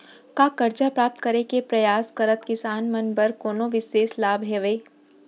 का करजा प्राप्त करे के परयास करत किसान मन बर कोनो बिशेष लाभ हवे?